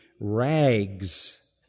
rags